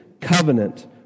covenant